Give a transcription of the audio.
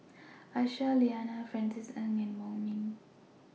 Aisyah Lyana Francis Ng and Wong Ming